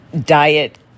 diet